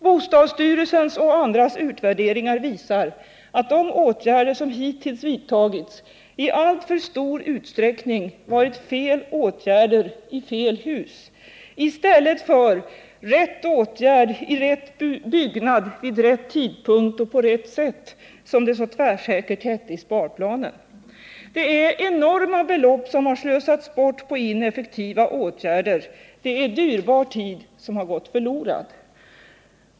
Bostadsstyrelsens och andras utvärderingar visar att de åtgärder som hittills vidtagits i alltför stor utsträckning varit fel åtgärder i fel hus, i stället för ”rätt åtgärd —i rätt byggnad —- vid rätt tidpunkt och på rätt sätt” som det så tvärsäkert hette i sparplanen. Det är enorma belopp som slösats bort på ineffektiva åtgärder. Det är dyrbar tid som har gått förlorad.